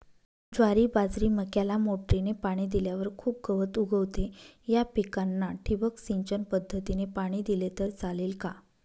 ज्वारी, बाजरी, मक्याला मोटरीने पाणी दिल्यावर खूप गवत उगवते, या पिकांना ठिबक सिंचन पद्धतीने पाणी दिले तर चालेल का?